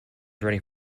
running